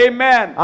Amen